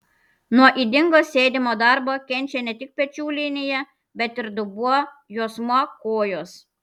nuo ydingo sėdimo darbo kenčia ne tik pečių linija bet ir dubuo juosmuo kojos